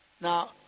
Now